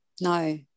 no